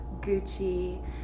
Gucci